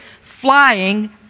flying